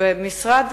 במשרד